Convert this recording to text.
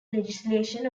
legislation